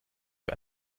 für